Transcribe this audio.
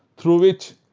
through it,